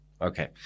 Okay